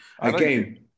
Again